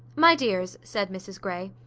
my dears, said mrs grey,